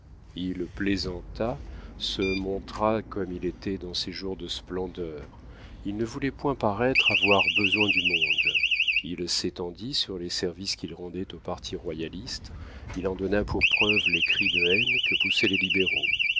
il plaisanta se montra comme il était dans ses jours de splendeur il ne voulait point paraître avoir besoin du monde il s'étendit sur les services qu'il rendait au parti royaliste il en donna pour preuve les cris de haine que poussaient les libéraux